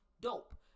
dope